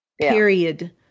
Period